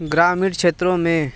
ग्रामीण क्षेत्रों में